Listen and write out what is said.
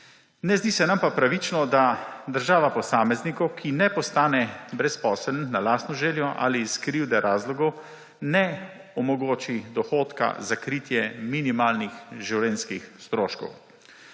Ne zdi se nam pa pravično, da država posamezniku, ki ne postane brezposeln na lastno željo ali iz krivde razlogov, ne omogoči dohodka za kritje minimalnih življenjskih stroškov.